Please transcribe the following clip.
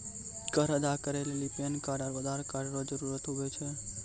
कर अदा करै लेली पैन कार्ड आरू आधार कार्ड रो जरूत हुवै छै